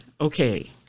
okay